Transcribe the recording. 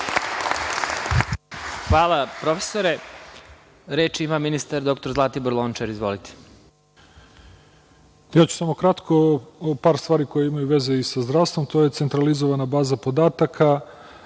Hvala profesore. Reč ima ministar, dr Zlatibor Lončar. Izvolite. **Zoran Lončar** Ja ću samo kratko, o par stvari koje imaju veze sa zdravstvom, a to je centralizovana baza podataka